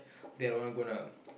they are the ones gonna